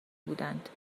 بودند